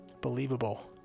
believable